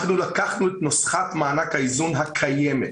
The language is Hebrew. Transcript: אנחנו לקחנו את נוסחת מענק האיזון הקיימת,